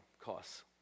costs